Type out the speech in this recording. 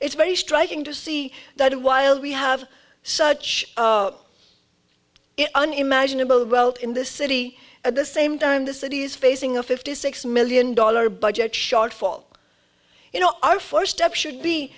it's very striking to see that it while we have such an unimaginable belt in this city at the same time the city is facing a fifty six million dollar budget shortfall you know our first step should be